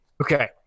okay